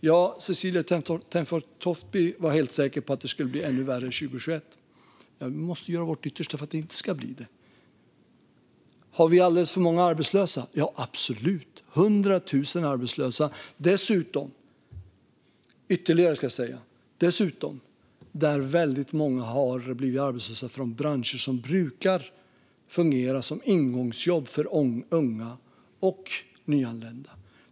Ja, Cecilie Tenfjord Toftby var helt säker på att det skulle bli ännu värre 2021. Vi måste göra vårt yttersta för att det inte ska bli så. Har vi alldeles för många arbetslösa? Ja, absolut! Vi har 100 000 arbetslösa, och väldigt många har dessutom blivit arbetslösa i branscher som brukar fungera som ingångsjobb för unga och nyanlända.